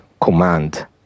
command